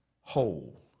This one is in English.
whole